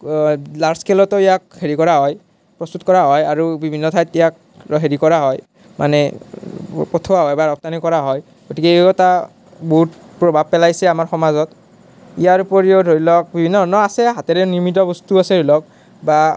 লাচখেলতো ইয়াক হেৰি কৰা হয় প্ৰস্তুত কৰা হয় আৰু বিভিন্ন ঠাইত ইয়াক হেৰি কৰা হয় মানে পঠোৱা হয় বা ৰপ্তানি কৰা হয় গতিকে ইয়ো এটা বহুত প্ৰভাৱ পেলাইছে আমাৰ সমাজত ইয়াৰ উপৰিও ধৰি লওক বিভিন্ন ধৰণৰ আছে হাতেৰে নিৰ্মিত বস্তু আছে ধৰি লওক বা